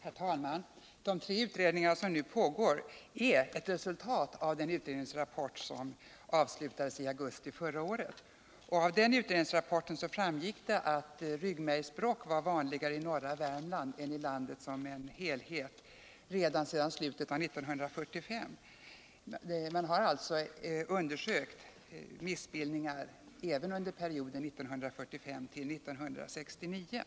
Herr talman! De tre utredningar som nu pågår är ett resultat av den utredningsrapport som blev klar i augusti förra året. Av denna rapport framgår att ryggmärgsbråck redan i slutet av 1945 var vanligare i norra Värmland än i landet som helhet. Man har alltså undersökt missbildningar även under perioden 1945-1969.